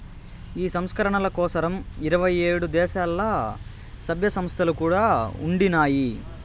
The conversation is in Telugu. ఈ సంస్కరణల కోసరం ఇరవై ఏడు దేశాల్ల, సభ్య సంస్థలు కూడా ఉండినాయి